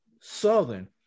Southern